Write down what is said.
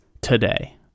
today